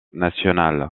nationale